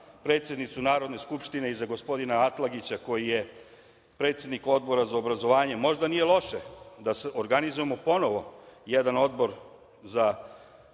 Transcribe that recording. predsednicu Narodne skupštine i za gospodina Atlagića, koji je predsednik Odbora za obrazovanje. Možda nije loše da se organizujemo ponovo, jedan Odbor za obrazovanje,